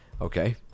Okay